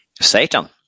Satan